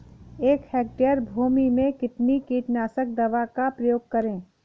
एक हेक्टेयर भूमि में कितनी कीटनाशक दवा का प्रयोग करें?